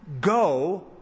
go